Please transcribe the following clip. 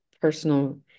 personal